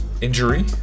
injury